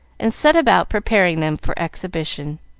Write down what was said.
and set about preparing them for exhibition.